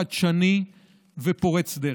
חדשני ופורץ דרך.